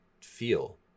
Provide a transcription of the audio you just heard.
feel